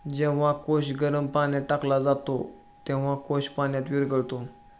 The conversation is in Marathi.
जेव्हा कोश गरम पाण्यात टाकला जातो, तेव्हा कोश पाण्यात विरघळतो